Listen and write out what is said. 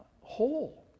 whole